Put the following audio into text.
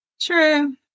True